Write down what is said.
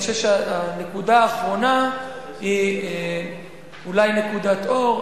הנקודה האחרונה היא אולי נקודת אור.